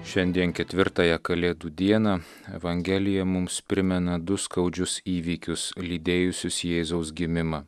šiandien ketvirtąją kalėdų dieną evangelija mums primena du skaudžius įvykius lydėjusius jėzaus gimimą